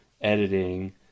Editing